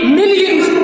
millions